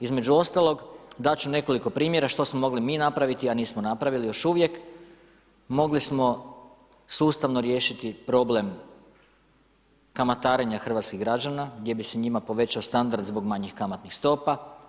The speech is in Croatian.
Između ostalog, dat ću nekoliko primjera što smo mogli mi napraviti a nismo napravili još uvijek, mogli smo sustavno riješiti problem kamatarenja hrvatskih građana gdje bi se njima povećao standard zbog manjih kamatnih stopa.